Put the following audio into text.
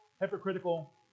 hypocritical